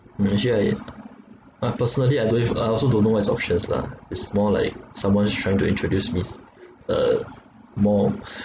mention about it I personally I don't have I also don't know what is options lah it's more like someone's trying to introduce me s~ s~ uh more